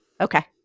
Okay